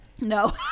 no